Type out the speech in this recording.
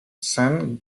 sen